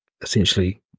essentially